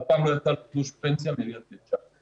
אף פעם לא יצא לו תלוש פנסיה מעיריית בית שאן.